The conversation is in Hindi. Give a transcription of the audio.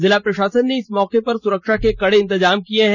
जिला प्रशासन ने इस मौके पर सुरक्षा के कडे इंतजाम किये है